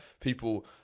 people